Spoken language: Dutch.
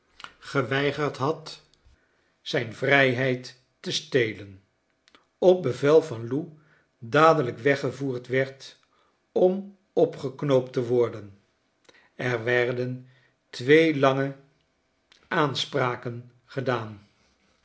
op bevel van lou dadelijk weggevoerd werd om opgeknoopt te worden er werden twee lange aanspraken gedaan